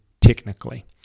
technically